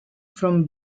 from